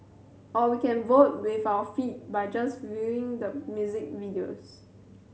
or we can vote with our feet by just viewing the music videos